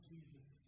Jesus